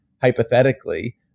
hypothetically